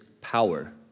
power